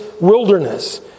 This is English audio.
wilderness